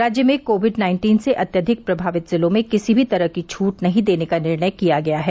राज्य में covid nineteen से अत्यधिक प्रभावित जिलों में किसी भी तरह की छूट नहीं देने का निर्णय किया गया है